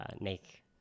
make